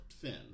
finn